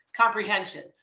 comprehension